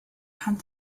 had